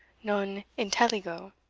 non intelligo.